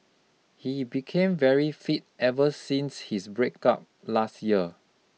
he became very fit ever since his breakup last year